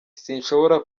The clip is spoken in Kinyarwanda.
sinshobora